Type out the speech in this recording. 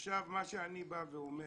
עכשיו מה שאני בא ואומר,